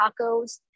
tacos